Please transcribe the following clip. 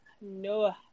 no